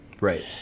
Right